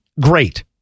great